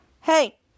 hey